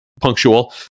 punctual